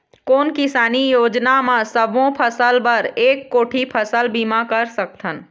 कोन किसानी योजना म सबों फ़सल बर एक कोठी फ़सल बीमा कर सकथन?